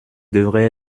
devrait